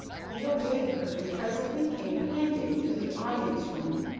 he obeyed her, and presently came panting to the audience room,